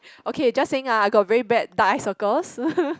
okay just saying ah I got very bad dark eye circles